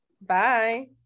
Bye